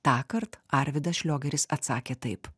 tąkart arvydas šliogeris atsakė taip